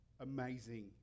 Amazing